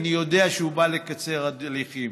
אני יודע שהוא בא לקצר הליכים,